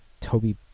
Toby